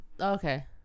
Okay